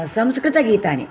संस्कृतगीतानि